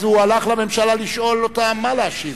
אז הוא הלך לממשלה לשאול אותה מה להשיב.